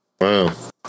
Wow